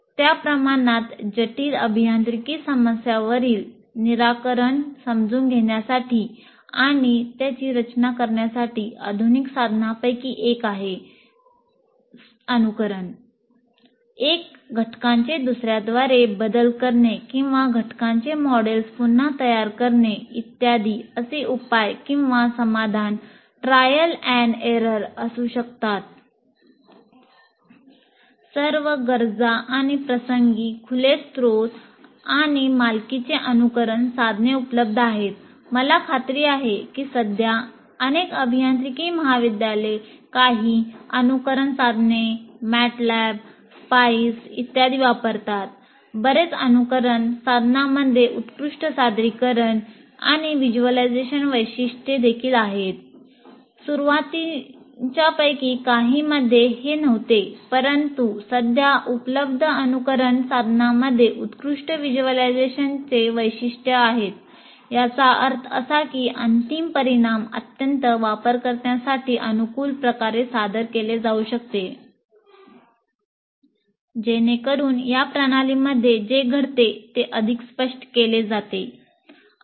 त्या प्रमाणात जटिल अभियांत्रिकी समस्यांवरील निराकरण समजून घेण्यासाठी आणि त्याची रचना करण्यासाठी आधुनिक साधनांपैकी एक आहे अनुकरण असू शकतात सर्व गरजा आणि प्रसंगी खुले स्त्रोत आणि मालकीचे अनुकरण साधनांमध्ये उत्कृष्ट व्हिज्युअलायझेशन वैशिष्ट्ये आहेत याचा अर्थ असा की अंतिम परिणाम वापरकर्त्यासाठी अत्यंत अनुकूल प्रकारे सादर केले जाऊ शकते जेणेकरून या प्रणालीमध्ये जे घडत आहे ते अधिक स्पष्ट केले जाते